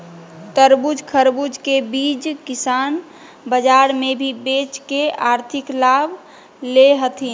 तरबूज, खरबूज के बीज किसान बाजार मे भी बेच के आर्थिक लाभ ले हथीन